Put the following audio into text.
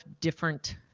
different